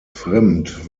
fremd